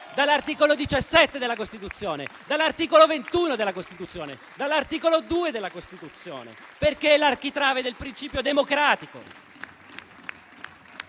dall'articolo 17 della Costituzione, dall'articolo 21 della Costituzione e dall'articolo 2 della Costituzione, perché è l'architrave del principio democratico.